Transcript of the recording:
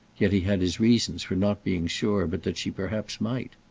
yet he had his reasons for not being sure but that she perhaps might.